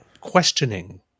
questioning